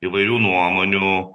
įvairių nuomonių